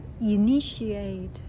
initiate